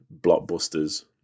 blockbusters